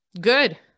good